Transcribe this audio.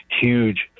huge